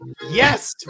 yes